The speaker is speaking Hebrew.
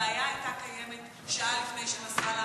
שהבעיה הייתה קיימת שעה לפני שנסראללה